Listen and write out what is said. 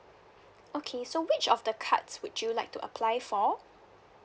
okay so which of the cards would you like to apply for